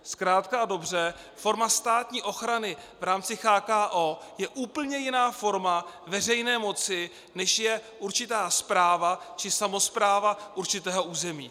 Zkrátka a dobře, forma státní ochrany v rámci CHKO je úplně jiná forma veřejné moci, než je určitá správa či samospráva určitého území.